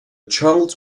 child